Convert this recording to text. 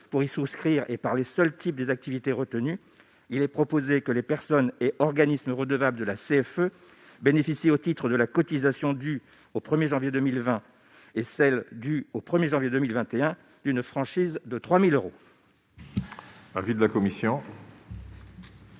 pour y souscrire et par les types d'activités retenus, il est proposé que les personnes et organismes redevables de la CFE bénéficient, au titre des cotisations dues au 1 janvier 2020 et au 1 janvier 2021, d'une franchise de 3 000 euros.